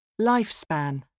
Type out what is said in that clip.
Lifespan